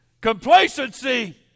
Complacency